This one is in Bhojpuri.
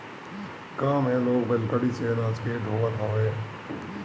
गांव में लोग बैलगाड़ी से अनाज के ढोअत हवे